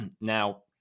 Now